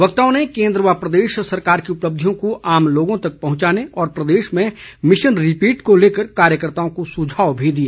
वक्ताओं ने केन्द्र व प्रदेश सरकार की उपलब्धियों को आम लोगों तक पहुंचाने और प्रदेश में मिशन रिपीट को लेकर कार्यकर्ताओं को सुझाव भी दिए